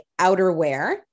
outerwear